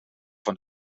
van